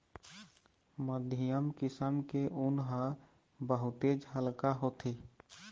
मध्यम किसम के ऊन ह बहुतेच हल्का होथे